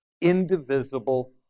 indivisible